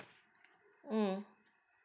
mm